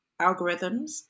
algorithms